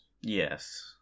Yes